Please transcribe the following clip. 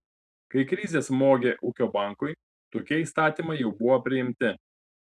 kai krizė smogė ūkio bankui tokie įstatymai jau buvo priimti